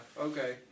Okay